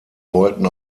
wollten